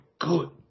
Good